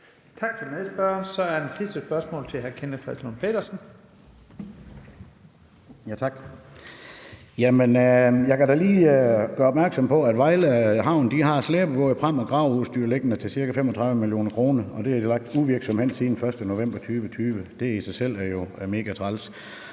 Tak til medspørgeren. Så er det sidste spørgsmål til hr. Kenneth Fredslund Petersen. Kl. 15:01 Kenneth Fredslund Petersen (DD): Tak. Jeg kan da lige gøre opmærksom på, at Vejle Havn har slæbebåde, pram og graveudstyr til ca. 35 mio. kr. liggende og det har ligget uvirksomt hen siden den 1. november 2020. Det i sig selv er jo megatræls.